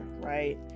right